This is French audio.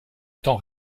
temps